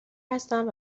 هستم